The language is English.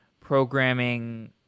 programming